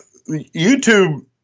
YouTube